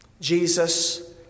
Jesus